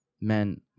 Men